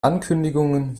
ankündigungen